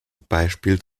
beispiel